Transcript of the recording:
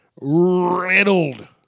riddled